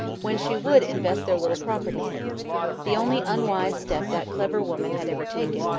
when she would invest their little property in it the only unwise step that clever woman had ever taken,